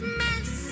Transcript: mess